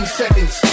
seconds